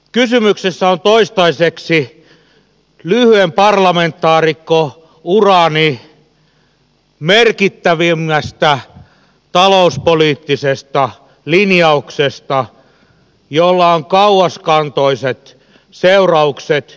kysymys on toistaiseksi lyhyen parlamentaarikkourani merkittävimmästä talouspoliittisesta linjauksesta jolla on kauaskantoiset seuraukset